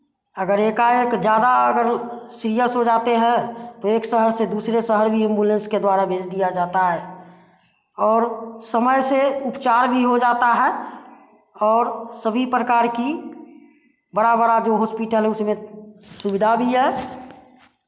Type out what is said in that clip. अगर एका एक ज़्यादा अगर सीरियस हो जाते हैं तो एक शहर से दूसरे शहर भी ऐंबुलेंस के द्वारा भेज दिया जाता है और समय से उपचार भी हो जाता है और सभी प्रकार की बड़ा बड़ा जो हॉस्पिटल है उसमें सुविधा भी है